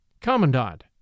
Commandant